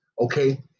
Okay